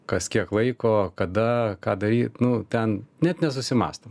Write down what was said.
kas kiek laiko kada ką daryt nu ten net nesusimąstom